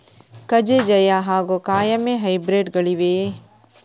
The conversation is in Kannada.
ಕಜೆ ಜಯ ಹಾಗೂ ಕಾಯಮೆ ಹೈಬ್ರಿಡ್ ಗಳಿವೆಯೇ?